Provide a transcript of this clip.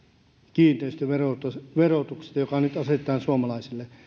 kiinteistöverotuksesta joka nyt asetetaan suomalaisille